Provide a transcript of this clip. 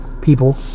people